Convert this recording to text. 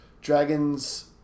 Dragons